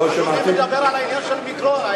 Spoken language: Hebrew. אתה מדבר על העניין של מגרון.